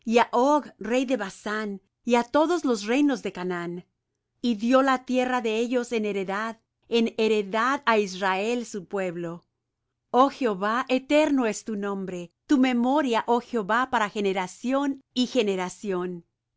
rey de basán y á todos los reinos de canaán y dió la tierra de ellos en heredad en heredad á israel su pueblo oh jehová eterno es tu nombre tu memoria oh jehová para generación y generación